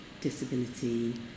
disability